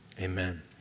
amen